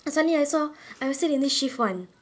suddenly I saw I was still in the shift one